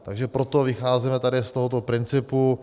Takže proto vycházíme tady z tohoto principu.